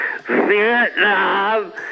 Vietnam